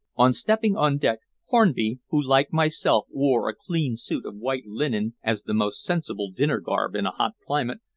on stepping on deck hornby, who like myself wore a clean suit of white linen as the most sensible dinner-garb in a hot climate,